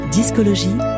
Discologie